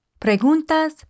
Preguntas